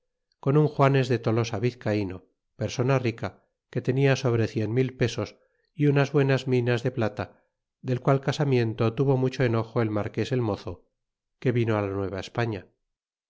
con un juanes de tolosa vizcayno persona rica que tenia sobre cien mil pesos y unas buenas minas de plata del qual casamiento tuvo mucho enojo el marques el mozo que vino la